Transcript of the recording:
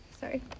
sorry